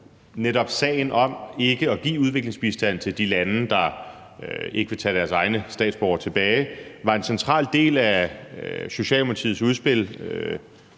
netop sagen om ikke at give udviklingsbistand til de lande, der ikke vil tage deres egne statsborgere tilbage, var en central del af Socialdemokratiets udspil